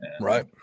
Right